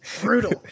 Brutal